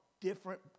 different